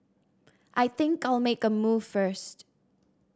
I think I'll make a move first